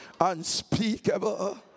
unspeakable